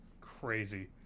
Crazy